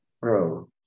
bro